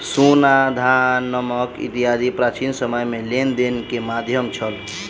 सोना, धान, नमक इत्यादि प्राचीन समय में लेन देन के माध्यम छल